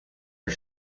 are